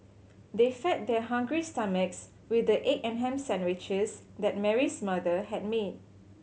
they fed their hungry stomachs with the egg and ham sandwiches that Mary's mother had made